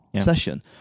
session